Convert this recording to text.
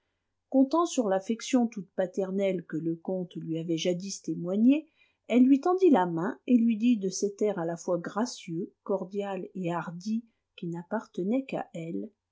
comptant sur l'affection toute paternelle que le comte lui avait jadis témoignée elle lui tendit la main et lui dit de cet air à la fois gracieux cordial et hardi qui n'appartenait qu'à elle